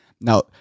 Now